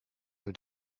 have